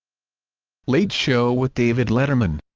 late show with david letterman